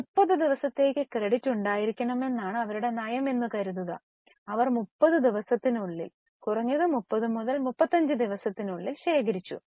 30 ദിവസത്തേക്ക് ക്രെഡിറ്റ് ഉണ്ടായിരിക്കണമെന്നാണ് അവരുടെ നയം എന്ന് കരുതുക അവർ 30 ദിവസത്തിനുള്ളിൽ കുറഞ്ഞത് 30 മുതൽ 35 ദിവസത്തിനുള്ളിൽ ശേഖരിച്ചു